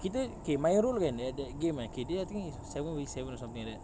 kita okay my rule kan at that game okay dia I think is seven versus seven or something like that